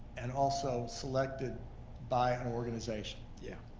and also selected by an organization. yeah,